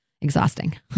exhausting